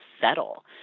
settle